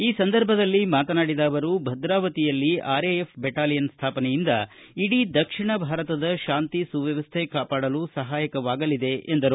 ಈ ಸಂದರ್ಭದಲ್ಲಿ ಮಾತನಾಡಿದ ಅವರು ಭದ್ರಾವತಿಯಲ್ಲಿ ಆರ್ಎಎಫ್ ಬೆಟಾಲಿಯನ್ ಸ್ಟಾಪನೆಯಿಂದ ಇಡೀ ದಕ್ಷಿಣ ಭಾರತದ ಶಾಂತಿ ಸುವ್ಕವಸ್ಟೆ ಕಾಪಾಡಲು ಸಹಾಯಕವಾಗಲಿದೆ ಎಂದರು